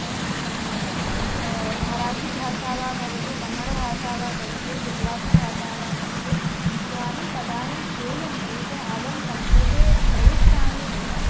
अवश्यं शक्यते मराठी भाषा वा भवतु कन्नड भाषा वा भवतु गुज्राति भाषा वा भवतु यानि पदानि श्रूयन्ते ते आदं संस्कृते प्रत्युक्तानि एव